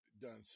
done